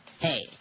Hey